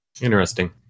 Interesting